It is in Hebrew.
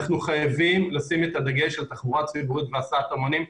אנחנו חייבים לשים את הדגש על תחבורה ציבורית והסעת המונים.